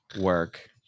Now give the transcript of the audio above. work